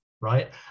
right